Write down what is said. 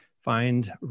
find